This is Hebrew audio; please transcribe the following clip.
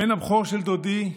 הבן הבכור של דודי,